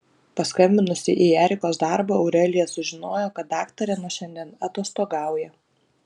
paskambinusi į erikos darbą aurelija sužinojo kad daktarė nuo šiandien atostogauja